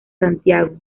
santiago